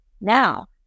now